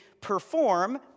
perform